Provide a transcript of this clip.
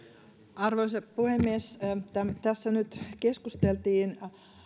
arvoisa puhemies tässä nyt keskusteltiin